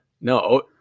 No